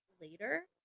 Later